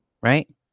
Right